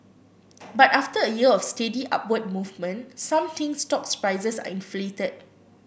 but after a year of steady upward movement some think stocks prices are inflated